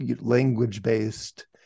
language-based